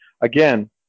Again